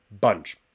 bunch